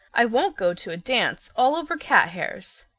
i won't go to a dance all over cat hairs.